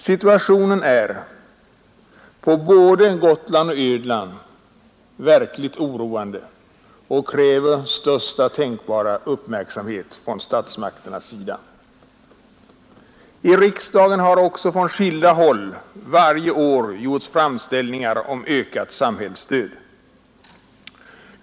Situationen är på både Gotland och Öland verkligt oroande och kräver största tänkbara uppmärksamhet från statsmakternas sida. I riksdagen har också från skilda håll varje år gjorts framställningar om ökat samhällsstöd.